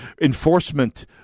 enforcement